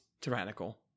tyrannical